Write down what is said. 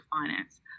finance